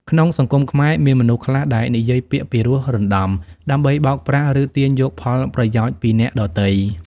ក្នុងសង្គមខ្មែរ មានមនុស្សខ្លះដែលនិយាយពាក្យពីរោះរណ្តំ ដើម្បីបោកប្រាស់ ឬទាញយកផលប្រយោជន៍ពីអ្នកដទៃ។